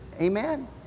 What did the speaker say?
amen